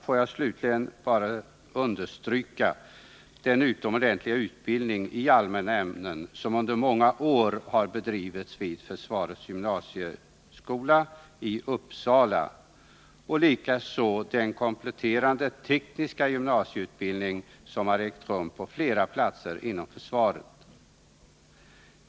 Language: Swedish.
Låt mig slutligen bara understryka att det är en utomordentlig utbildning i allmänna ämnen som under många år bedrivits vid försvarets gymnasieskola i Uppsala. Detsamma gäller den kompletterande tekniska gymnasieutbildning som ägt rum på andra platser inom försvaret.